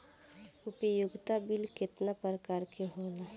उपयोगिता बिल केतना प्रकार के होला?